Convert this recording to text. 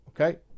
okay